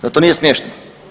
Zar to nije smiješno?